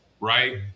right